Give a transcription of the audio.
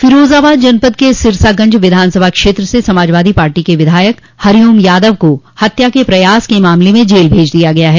फिरोजाबाद जनपद के सिरसागंज विधानसभा क्षेत्र से समाजवादी पार्टी के विधायक हरिओम यादव को हत्या के प्रयास के मामले में जेल भेज दिया गया है